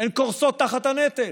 הן קורסות תחת הנטל.